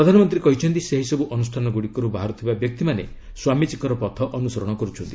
ପ୍ରଧାନମନ୍ତ୍ରୀ କହିଛନ୍ତି ଏହିସବୁ ଅନୁଷ୍ଠାନ ଗୁଡ଼ିକରୁ ବାହାରୁଥିବା ବ୍ୟକ୍ତିମାନେ ସ୍ୱାମୀଜୀଙ୍କର ପଥ ଅନୁସରଣ କରୁଛନ୍ତି